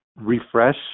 refresh